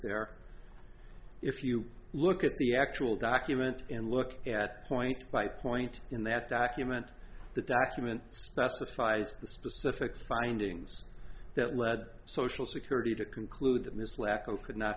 there if you look at the actual document and look at point by point in that document the document specifies the specific findings that lead social security to conclude that miss lack of could not